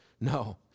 No